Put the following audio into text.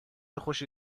خوشی